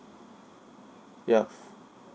ya